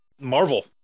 Marvel